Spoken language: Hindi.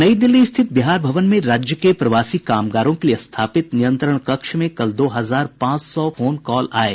नई दिल्ली स्थित बिहार भवन में राज्य के प्रवासी कामगारों के लिए स्थापित नियंत्रण कक्ष में कल दो हजार पांच सौ फोन कॉल आये